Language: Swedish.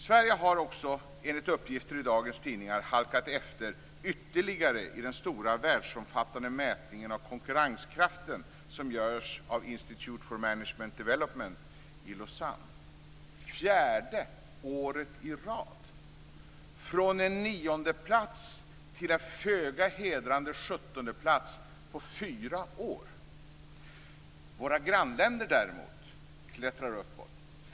Sverige har också enligt uppgifter i dagens tidningar halkat efter ytterligare i den stora världsomfattande mätningen av konkurrenskraften som görs av Institute for Management Development i Lausanne, för fjärde året i rad. Vi har gått från en niondeplats till en föga hedrande sjuttondeplats på fyra år. Våra grannländer däremot klättrar uppåt.